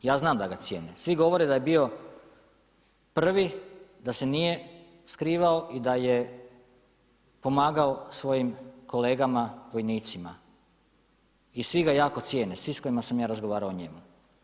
Ja znam da ga cijene, svi govore da je bio prvi, da se nije skrivao i daj e pomagao svojim kolegama vojnicima i svi ga jao cijene, svi s kojima sam ja razgovarao njemu.